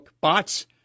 bots